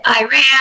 Iran